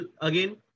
again